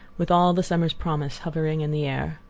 with all the summer's promise hovering in the air.